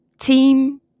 team